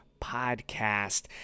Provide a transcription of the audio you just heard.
Podcast